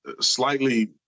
slightly